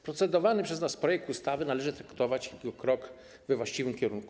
Procedowany przez nas projekt ustawy należy traktować jako krok we właściwym kierunku.